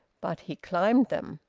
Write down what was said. but he climbed them.